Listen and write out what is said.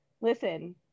Listen